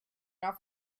not